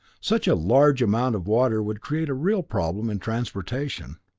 such a large amount of water would create a real problem in transportation.